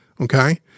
Okay